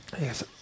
Yes